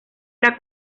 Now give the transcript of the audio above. era